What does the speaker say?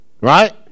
right